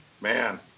man